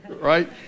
right